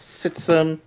citizen